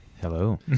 Hello